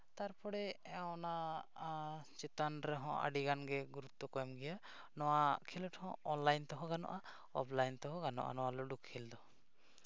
ᱛᱟᱨᱯᱚᱨᱮ ᱚᱱᱟ ᱪᱮᱛᱟᱱ ᱨᱮᱦᱚᱸ ᱟᱹᱰᱤᱜᱟᱱᱜᱮ ᱜᱩᱨᱩᱛᱛᱚ ᱠᱚ ᱮᱢ ᱜᱮᱭᱟ ᱱᱚᱣᱟ ᱠᱷᱮᱞᱳᱰ ᱦᱚᱸ ᱚᱱᱞᱟᱭᱤᱱ ᱛᱮᱦᱚᱸ ᱜᱟᱱᱚᱜᱼᱟ ᱚᱯᱷᱞᱟᱭᱤᱱ ᱛᱮᱦᱚᱸ ᱜᱟᱱᱚᱜᱼᱟ ᱱᱚᱣᱟ ᱞᱩᱰᱩ ᱠᱷᱮᱞ ᱫᱚ